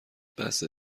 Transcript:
بسه